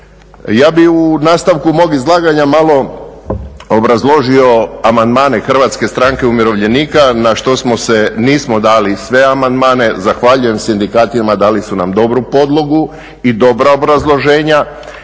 Ja bih u nastavku mog izlaganja malo obrazložio amandmane HSU-a na što smo se, nismo dali sve amandmane, zahvaljujem sindikatima dali su nam dobru podlogu i dobra obrazloženja.